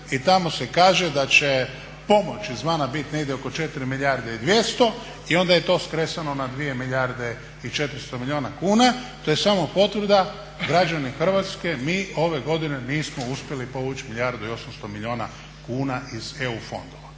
i tamo se kaže da će pomoć izvana biti negdje oko 4 milijarde i 200 i onda je to skresano na 2 milijarde i 400 milijuna kuna. To je samo potvrda građani Hrvatske mi ove godine nismo uspjeli povući milijardu i 800 milijuna kuna iz EU fondova.